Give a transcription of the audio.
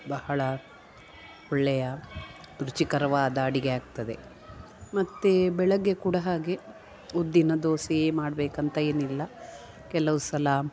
ಬಹಳ ಒಳ್ಳೆಯ ರುಚಿಕರವಾದ ಅಡಿಗೆ ಆಗ್ತದೆ ಮತ್ತು ಬೆಳಗ್ಗೆ ಕೂಡ ಹಾಗೆ ಉದ್ದಿನ ದೋಸೆಯೇ ಮಾಡಬೇಕಂತ ಏನಿಲ್ಲ ಕೆಲವು ಸಲ